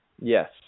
Yes